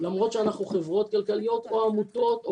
למרות שאנחנו חברות כלכליות או עמותות,